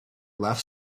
left